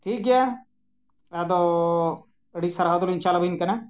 ᱴᱷᱤᱠ ᱜᱮᱭᱟ ᱟᱫᱚ ᱟᱹᱰᱤ ᱥᱟᱨᱦᱟᱣ ᱫᱚᱞᱤᱧ ᱪᱟᱞᱟᱵᱤᱱ ᱠᱟᱱᱟ